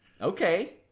Okay